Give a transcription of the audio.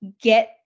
get